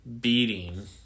beating